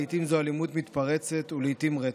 לעיתים זו אלימות מתפרצת ולעיתים זה רצח,